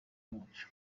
bacu